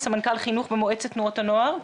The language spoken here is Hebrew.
סמנכ"ל חינוך במועצת תנועות הנוער.